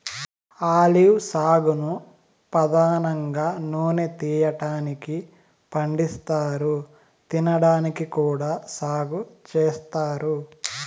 olive సాగును పధానంగా నూనె తీయటానికి పండిస్తారు, తినడానికి కూడా సాగు చేత్తారు